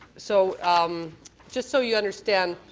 so um just so you understand,